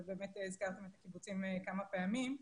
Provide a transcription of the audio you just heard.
ובאמת הזכרתם את הקיבוצים כמה פעמים.